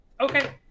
Okay